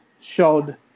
showed